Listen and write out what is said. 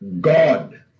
God